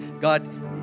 God